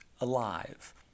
alive